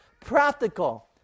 practical